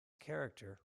character